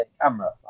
camera